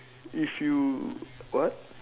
if you what